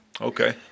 Okay